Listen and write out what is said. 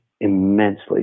immensely